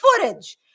footage